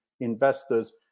investors